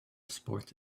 sports